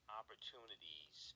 opportunities